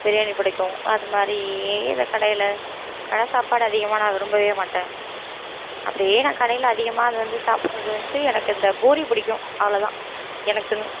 பிரியாணி பிடிக்கும் அது மாதிரி ஏ எது கடையில் கடை சாப்பாடு அதிகமாக நான் விரும்ப மாட்டேன் அப்படியே நான் கடையில் அதிகமாக அது வந்து சாப்பிட்றது வந்து எனக்கு இந்த பூரி பிடிக்கும் அவ்வளோ தான் எனக்குன்னு